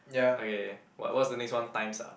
okay what what's the next one times ah